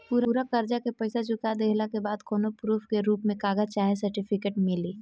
पूरा कर्जा के पईसा चुका देहला के बाद कौनो प्रूफ के रूप में कागज चाहे सर्टिफिकेट मिली?